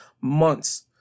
months